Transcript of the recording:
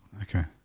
okay